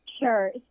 Sure